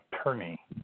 Attorney